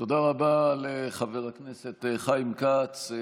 תודה רבה לחבר הכנסת חיים כץ.